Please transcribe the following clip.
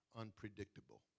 unpredictable